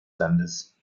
landes